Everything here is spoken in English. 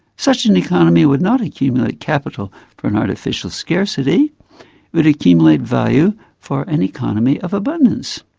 such an economy would not accumulate capital for an artificial scarcity but accumulate value for an economy of abundance.